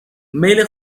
میل